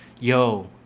Yo